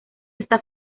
está